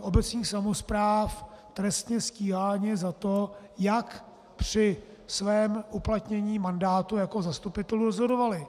obecních samospráv trestně stíháni za to, jak při svém uplatnění mandátů jako zastupitelů rozhodovali.